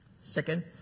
Second